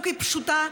הצבעה.